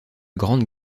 grande